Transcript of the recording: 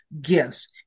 gifts